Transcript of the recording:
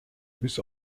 bis